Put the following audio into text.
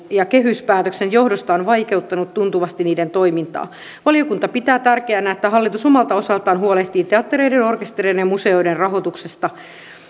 ja kehyspäätöksen johdosta on vaikeuttanut tuntuvasti niiden toimintaa valiokunta pitää tärkeänä että hallitus omalta osaltaan huolehtii teattereiden orkestereiden ja museoiden rahoituksesta